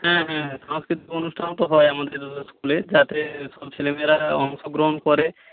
হ্যাঁ হ্যাঁ সাংস্কৃতিক অনুষ্ঠানও তো হয় আমাদের স্কুলে যাতে সব ছেলেমেয়েরা অংশগ্রহণ করে